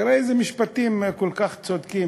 תראה איזה משפטים, כל כך צודקים.